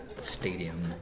stadium